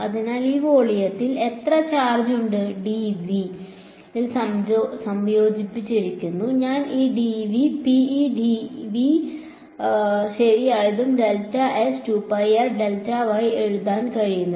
അതിനാൽ ഈ വോളിയത്തിൽ എത്ര ചാർജ് ഉണ്ട് dV യിൽ സംയോജിപ്പിച്ചിരിക്കുന്നു ഈ dV ആയിരിക്കും ശരിയായതും എഴുതാൻ കഴിയുന്നത്